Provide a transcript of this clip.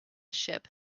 ship